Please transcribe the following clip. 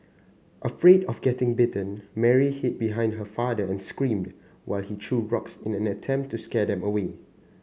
afraid of getting bitten Mary hid behind her father and screamed while he threw rocks in an attempt to scare them away